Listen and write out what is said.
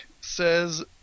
says